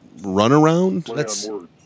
runaround